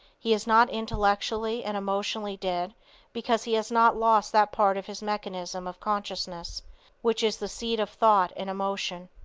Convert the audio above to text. he is not intellectually and emotionally dead because he has not lost that part of his mechanism of consciousness which is the seat of thought and emotion.